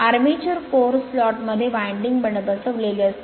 armature core slot मध्ये winding बसवलेले असते